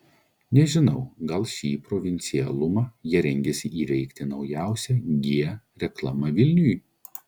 nežinau gal šį provincialumą jie rengiasi įveikti naujausia g reklama vilniui